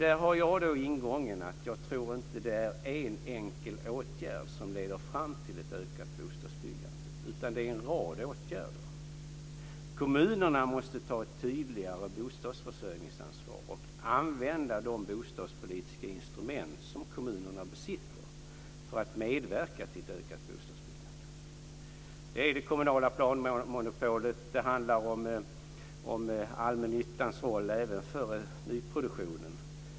Där har jag den ingången att jag inte tror att det är en enkel åtgärd som leder fram till ett ökat bostadsbyggande utan att det är en rad åtgärder som krävs. Kommunerna måste ta ett tydligare bostadsförsörjningsansvar och använda de bostadspolitiska instrument som kommunerna besitter för att medverka till ett ökat bostadsbyggande. Det är det kommunala planmonopolet. Det handlar om allmännyttans roll, även för nyproduktionen.